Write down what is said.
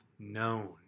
known